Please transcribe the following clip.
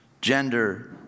gender